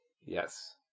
yes